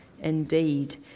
indeed